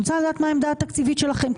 אני רוצה לדעת מה העמדה התקציבית שלכם.